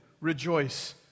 rejoice